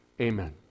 Amen